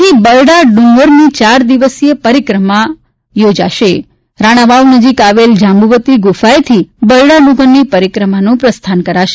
આજથી બરડા ડુંગરની યાર દિવસીય પરિક્રમા યોજાશે રાણાવાવ નજીક આવેલ જાંબુવતી ગુફાએથી બરડા ડુંગરની પરિક્રમાનું પ્રસ્થાન કરાશે